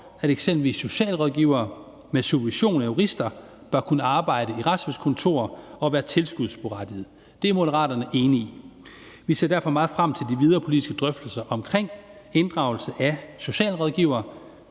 at eksempelvis socialrådgivere med supervision ved jurister bør kunne arbejde i retshjælpskontorer og være tilskudsberettigede. Det er Moderaterne enige i. Vi ser derfor meget frem til de videre politiske drøftelser om inddragelse af socialrådgivere